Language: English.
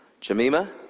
Jamima